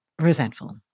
resentful